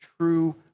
true